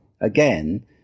again